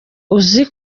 uzi